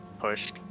pushed